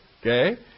Okay